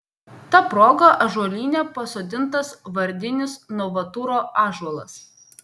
ta proga ąžuolyne pasodintas vardinis novaturo ąžuolas